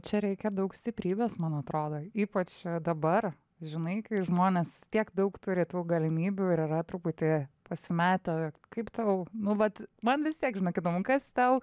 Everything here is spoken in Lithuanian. čia reikia daug stiprybės man atrodo ypač dabar žinai kai žmonės tiek daug turi tų galimybių yra truputį pasimetę kaip tau nu vat man vis tiek žinok įdomu kas tau